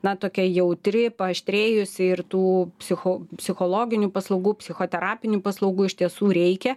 na tokia jautri paaštrėjusi ir tų psicho psichologinių paslaugų psichoterapinių paslaugų iš tiesų reikia